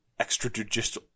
extrajudicial